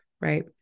right